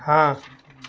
हाँ